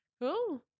cool